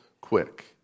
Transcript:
quick